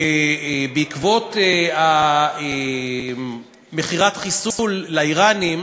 בעקבות מכירת החיסול לאיראנים,